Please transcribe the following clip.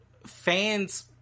fans